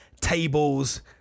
Tables